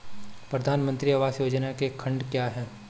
प्रधानमंत्री आवास योजना के खंड क्या हैं?